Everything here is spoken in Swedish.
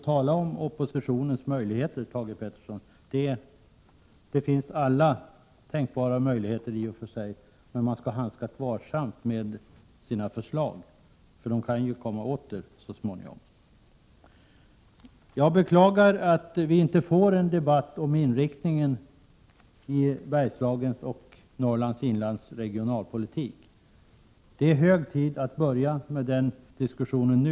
Tala om oppositionens möjligheter, Thage Peterson! Alla möjligheter finns i och för sig. Men man bör handskas varsamt med sina förslag, för man kan ju bli påmind om dem så småningom. Jag beklagar att vi inte får någon debatt om inriktningen av regionalpolitiken för Bergslagen och Norrlands inland. Det är hög tid att börja med den diskussionen nu.